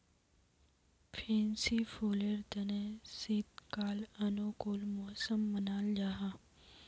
fancy फुलेर तने शीतकाल अनुकूल मौसम मानाल जाहा